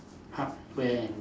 hardware and